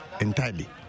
entirely